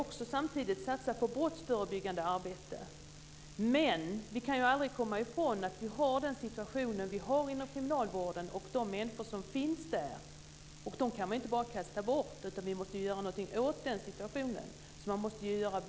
Jag tänker inte vänta tills de är inom kriminalvården innan de får hjälp.